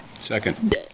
Second